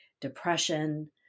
depression